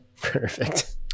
Perfect